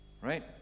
right